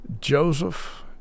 Joseph